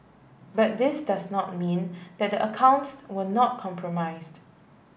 but this does not mean that the accounts were not compromised